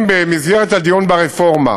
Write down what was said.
אם במסגרת הדיון ברפורמה